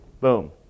boom